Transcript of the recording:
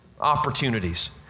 opportunities